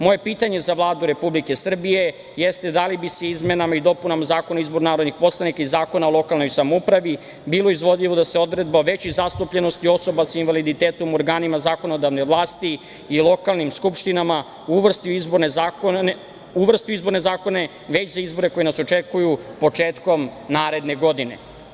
Moje pitanje za Vladu Republike Srbije jeste da li bi izmenama i dopunama Zakona o izboru narodnih poslanika i Zakona o lokalnoj samoupravi bilo izvodljivo da se odredba o većoj zastupljenosti osoba sa invaliditetom u organima zakonodavne vlasti i lokalnim skupštinama uvrsti u izborne zakone već za izbore koji nas očekuju početkom naredne godine?